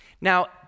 Now